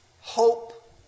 Hope